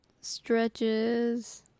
stretches